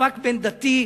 מאבק בין-דתי,